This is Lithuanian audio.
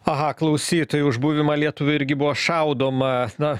aha klausytojai už buvimą lietuviu irgi buvo šaudoma na